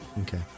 okay